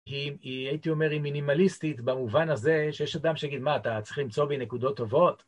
הייתי אומר היא מינימליסטית במובן הזה שיש אדם שיגיד מה אתה צריך למצוא בי נקודות טובות?